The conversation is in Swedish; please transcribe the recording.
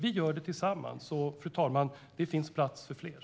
Det bygger vi tillsammans och, fru talman, det finns plats för fler.